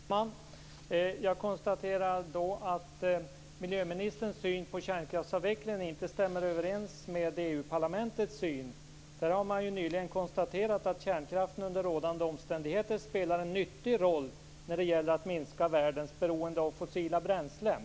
Fru talman! Jag konstaterar att miljöministerns syn på kärnkraftsavvecklingen inte stämmer överens med EU-parlamentets syn. Där har man nyligen konstaterat att kärnkraften under rådande omständigheter spelar en nyttig roll när det gäller att minska världens beroende av fossila bränslen.